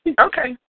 Okay